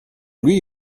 lui